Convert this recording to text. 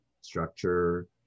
structure